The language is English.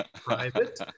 private